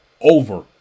over